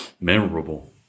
Memorable